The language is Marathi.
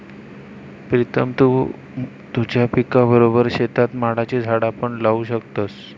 प्रीतम तु तुझ्या पिकाबरोबर शेतात माडाची झाडा पण लावू शकतस